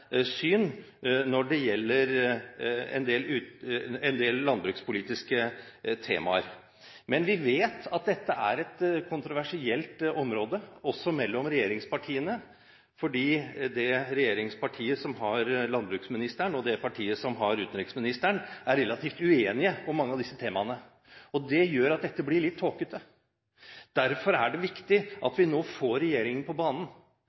syn når det gjelder en del landbrukspolitiske temaer. Men vi vet at dette er et kontroversielt område også mellom regjeringspartiene, fordi det regjeringspartiet som har landbruksministeren, og det partiet som har utenriksministeren, er relativt uenige om mange av disse temaene. Det gjør at dette blir litt tåkete. Derfor er det viktig at vi nå får regjeringen på banen,